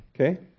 Okay